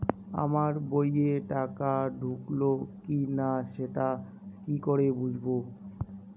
আমার বইয়ে টাকা ঢুকলো কি না সেটা কি করে বুঝবো?